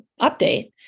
update